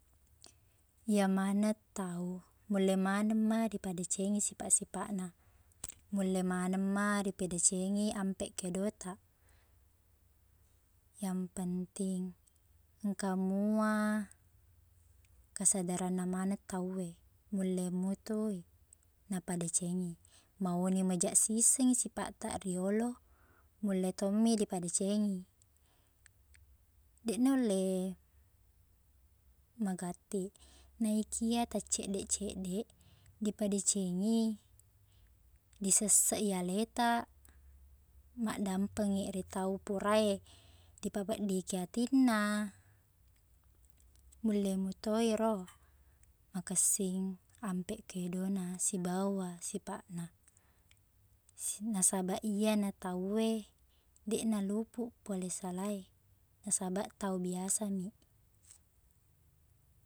Iye maneng tau, mulle maneng ma dipadecengi sipaq-sipaqna. Mulle maneng ma dipadecengi ampeq kedotaq. Yang penting, engka mua kesadaranna maneng tauwe. Mulle mo tu napadecengi. Mauni majaq sisi sipaqtaq riyolo, mulle tommi dipadecengi. Deq nulle magattiq, naikia taqceddeq-ceddeq dipadecengi, disessei aletaq, maqdampengngi ri tau pura e ripapeddiki atinna, mulle mutoiro makesing ampeq kedona sibawa sipaqna. Nasabaq iyena tauwe, deqna lupuq pole sala e, nasabaq tau biasa miq.